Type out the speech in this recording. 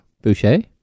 Boucher